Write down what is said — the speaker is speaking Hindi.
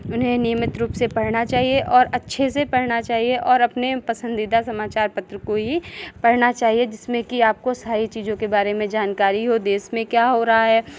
उन्हें नियमित रूप से पढ़ना चाहिए और अच्छे से पढ़ना चाहिए और अपने पसंदीदा समाचार पत्र को ही पढ़ना चाहिए जिसमे कि आपको सारी चीज़ों के बारे में जानकारी हो देश में क्या हो रहा है